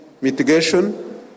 mitigation